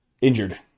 injured